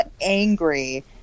angry